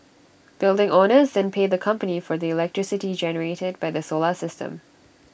building owners then pay the company for the electricity generated by the solar system